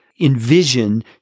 envision